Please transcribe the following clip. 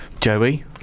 Joey